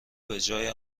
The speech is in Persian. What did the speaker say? بجای